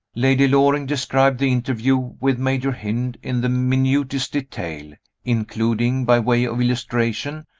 lady loring described the interview with major hynd in the minutest detail including, by way of illustration,